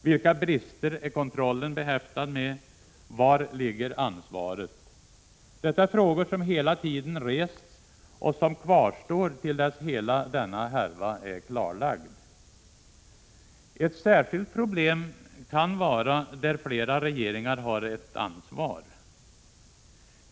Vilka brister är kontrollen behäftad med? Var ligger ansvaret? Detta är frågor som hela tiden rests och som kvarstår till dess hela denna härva är klarlagd. Ett särskilt problem kan finnas där flera regeringar har ett ansvar.